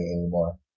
anymore